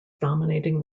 dominating